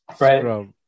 right